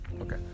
Okay